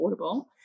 affordable